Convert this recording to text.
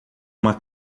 uma